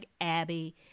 Abby